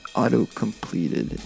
auto-completed